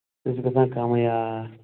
سُے چھُ گژھان کَمٕے آ